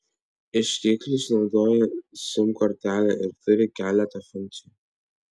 ieškiklis naudoja sim kortelę ir turi keletą funkcijų